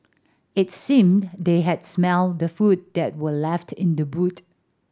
it seemed they had smelt the food that were left in the boot